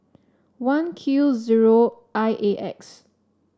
one Q zero I A X